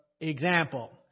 example